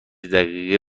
دقیقه